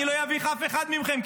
אני לא אביך אף אחד מכם,